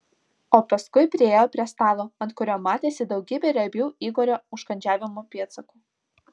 o paskui priėjo prie stalo ant kurio matėsi daugybė riebių igorio užkandžiavimo pėdsakų